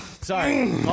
Sorry